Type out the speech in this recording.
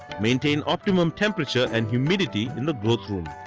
maintain optimum temperature and humidity in the growth room.